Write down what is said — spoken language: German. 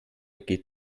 geht